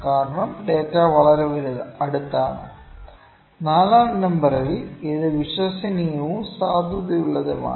കാരണം ഡാറ്റ വളരെ അടുത്താണ് നാലാം നമ്പറിൽ ഇത് വിശ്വസനീയവും സാധുതയുള്ളതുമാണ്